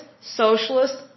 socialist